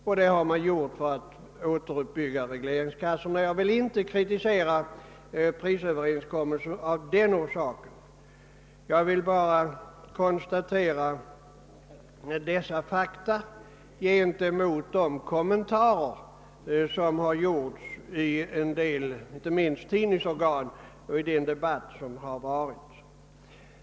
Syftet har varit att återuppbygga regleringskassorna. Jag vill inte kritisera prisöverenskommelsen av den orsaken. Jag vill bara konstatera dessa fakta gentemot de kommentarer som har gjorts i en del tidningsorgan och i debatten på andra håll.